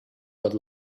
what